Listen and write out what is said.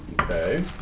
Okay